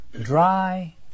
Dry